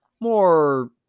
More